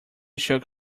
shook